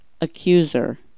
accuser